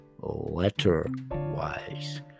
letter-wise